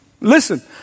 Listen